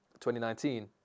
2019